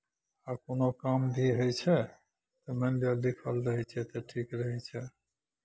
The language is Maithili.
आ कोनो काम भी होइ छै मानि लिअ लिखल रहै छै तऽ ठीक रहै छै